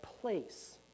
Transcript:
place